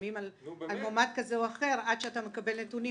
לפעמים על מועמד כזה או אחר עד שאתה מקבל נתונים,